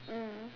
mm